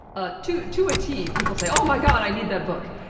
ah to to a tee, people say, oh my god, i need that book!